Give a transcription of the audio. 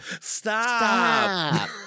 Stop